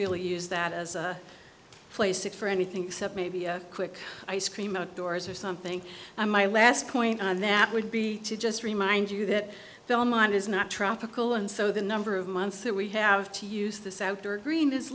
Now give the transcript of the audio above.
really use that as place it for anything except maybe a quick ice cream outdoors or something my last point on that would be to just remind you that the mind is not tropical and so the number of months that we have to use the south or green is